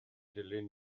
dilyn